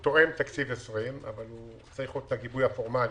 זה תואם תקציב 2020 אבל צריך את הגיבוי הפורמלי.